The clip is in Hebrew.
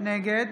נגד